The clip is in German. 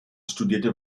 studierte